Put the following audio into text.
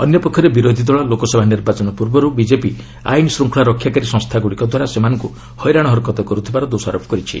ଅନ୍ୟ ପକ୍ଷରେ ବିରୋଧୀ ଦଳ ଲୋକସଭା ନିର୍ବାଚନ ପୂର୍ବରୁ ବିଜେପି ଆଇନ୍ ଶୃଙ୍ଖଳା ରକ୍ଷାକାରୀ ସଂସ୍ଥାଗୁଡ଼ିକ ଦ୍ୱାରା ସେମାନଙ୍କୁ ହଇରାଣ ହରକତ କରୁଥିବାର ଦୋଷାରୋପ କରିଛି